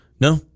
No